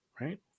Right